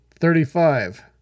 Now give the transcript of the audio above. Thirty-five